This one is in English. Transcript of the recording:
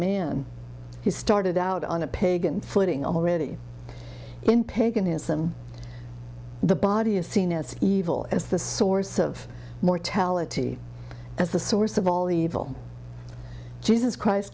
man he started out on a pagan footing already in paganism the body is seen as evil as the source of mortality as the source of all evil jesus christ